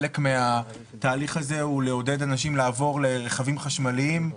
חלק מהתהליך הזה הוא לעודד אנשים לעבור לרכבים חשמליים.